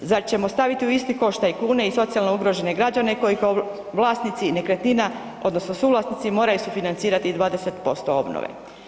Zar ćemo staviti u isti koš tajkune i socijalno ugrožene građane koji kao vlasnici nekretnina odnosno suvlasnici moraju sufinancirati 20% obnove?